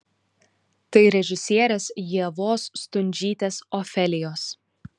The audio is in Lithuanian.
tai režisierės ievos stundžytės ofelijos